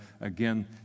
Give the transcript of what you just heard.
Again